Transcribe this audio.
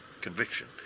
conviction